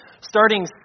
starting